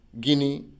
Guinea